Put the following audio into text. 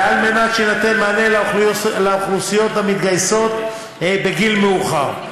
וזאת על מנת שיינתן מענה לאוכלוסיות המתגייסות בגיל מאוחר.